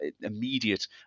immediate